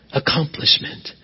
accomplishment